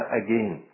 again